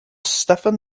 stephen